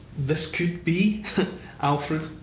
this could be alfred?